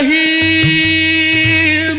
e